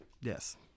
Yes